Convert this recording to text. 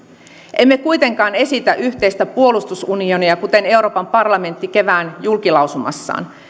emme kuitenkaan esitä yhteistä puolustusunionia kuten euroopan parlamentti kevään julkilausumassaan